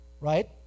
right